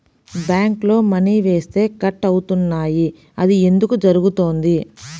బ్యాంక్లో మని వేస్తే కట్ అవుతున్నాయి అది ఎందుకు జరుగుతోంది?